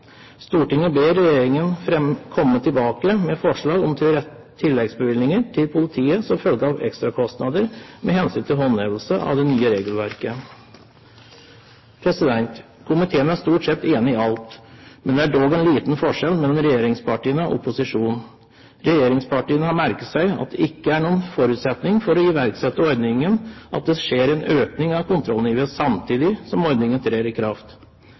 ekstrakostnader med hensyn til håndhevelse av det nye regelverket.» Komiteen er stort sett enig i alt, men det er dog en liten forskjell mellom regjeringspartiene og opposisjonen. Regjeringspartiene har merket seg at regjeringen understreker at det ikke er noen forutsetning for å iverksette ordningen at det skjer en økning av kontrollnivået samtidig som ordningen trer i kraft.